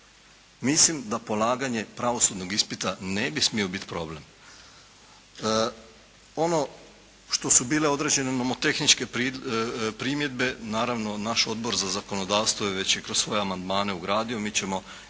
mislim da polaganje pravosudnog ispita ne bi smio biti problem. Ono što su bile određene nomotehničke primjedbe naravno naš Odbor za zakonodavstvo je već i kroz svoje amandmane ugradio. Mi ćemo još jednom